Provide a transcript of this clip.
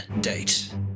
date